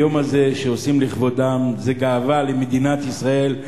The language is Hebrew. היום הזה שעושים לכבודם זה גאווה למדינת ישראל,